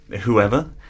whoever